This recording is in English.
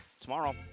Tomorrow